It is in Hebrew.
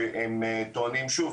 שהם טוענים שוב,